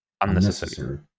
Unnecessary